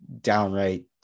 downright